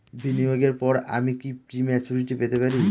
বিনিয়োগের পর আমি কি প্রিম্যচুরিটি পেতে পারি?